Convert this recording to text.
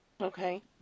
Okay